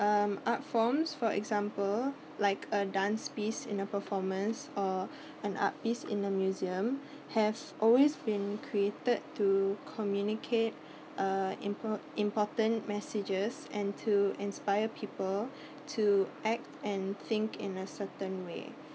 um art forms for example like a dance piece in a performance or an art piece in a museum have always been created to communicate uh import~ important messages and to inspire people to act and think in a certain way